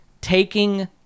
taking